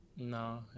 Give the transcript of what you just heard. No